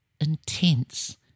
intense